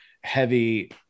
heavy